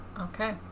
Okay